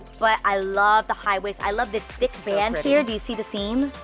but i love the high waist. i love this thick band here, do you see the seam?